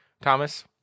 Thomas